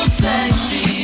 sexy